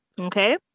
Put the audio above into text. okay